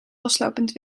loslopend